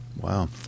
Wow